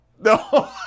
No